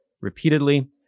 repeatedly